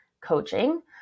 coaching